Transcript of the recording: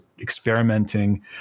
experimenting